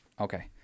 okay